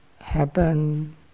happen